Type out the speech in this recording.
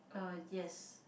uh yes